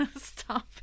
Stop